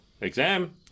exam